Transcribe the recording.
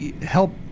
help